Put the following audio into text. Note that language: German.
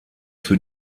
für